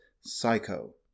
Psycho